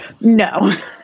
No